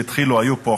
התחילו והיו פה,